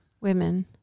women